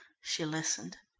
she listened.